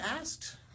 asked